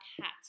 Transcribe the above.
hat